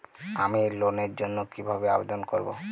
আমি লোনের জন্য কিভাবে আবেদন করব?